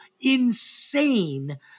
insane